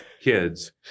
kids